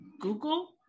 Google